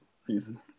season